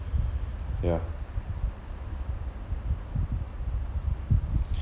yeah